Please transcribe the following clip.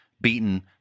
beaten